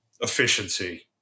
efficiency